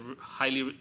highly